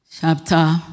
chapter